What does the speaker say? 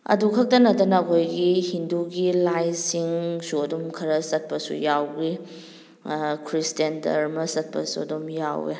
ꯑꯗꯨ ꯈꯛꯇ ꯅꯠꯇꯅ ꯑꯩꯈꯣꯏꯒꯤ ꯍꯤꯟꯗꯨꯒꯤ ꯂꯥꯏꯁꯤꯡꯁꯨ ꯑꯗꯨꯝ ꯈꯔ ꯆꯠꯄꯁꯨ ꯌꯥꯎꯋꯤ ꯈ꯭ꯔꯤꯁꯇꯤꯌꯥꯟ ꯗꯔꯃ ꯆꯠꯄꯁꯨ ꯑꯗꯨꯝ ꯌꯥꯎꯋꯦ